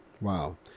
Wow